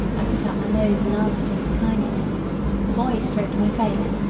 i put out my nose in answer to his kindness the boy stroked my face.